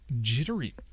jittery